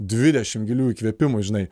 dvidešim gilių įkvėpimų žinai